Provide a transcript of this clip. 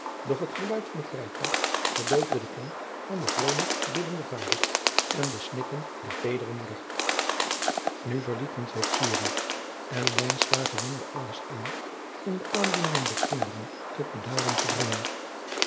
doch het geluid van het rijtuig verdoofde den klank van den vromen biddenden vader en de suikken der teedere moeder nu verlieten zij zurich en lijnslager wendde alles aan om de aandoeningen der kinderen tot bedaren te brengen